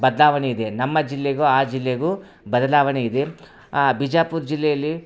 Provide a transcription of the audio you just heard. ಬದಲಾವಣೆಯಿದೆ ನಮ್ಮ ಜಿಲ್ಲೆಗೂ ಆ ಜಿಲ್ಲೆಗೂ ಬದಲಾವಣೆಯಿದೆ ಬಿಜಾಪುರ ಜಿಲ್ಲೆಯಲ್ಲಿ